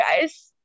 guys